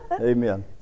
Amen